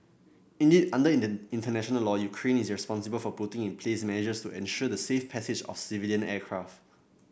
indeed under international law Ukraine is responsible for putting in place measures to ensure the safe passage of civilian aircraft